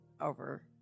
over